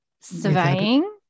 surveying